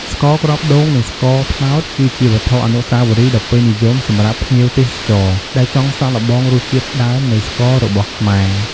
ស្ករគ្រាប់ដូង និងស្ករត្នោត គឺជាវត្ថុអនុស្សាវរីយ៍ដ៏ពេញនិយមសម្រាប់ភ្ញៀវទេសចរ ដែលចង់សាកល្បងរសជាតិដើមនៃស្កររបស់ខ្មែរ។